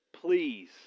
please